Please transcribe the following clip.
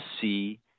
see